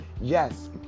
Yes